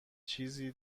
چیزی